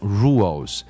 rules